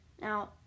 Now